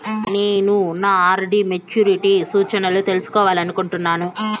నేను నా RD maturity సూచనలను తెలుసుకోవాలనుకుంటున్నాను